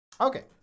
Okay